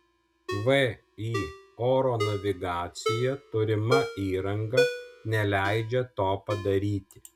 vį oro navigacija turima įranga neleidžia to padaryti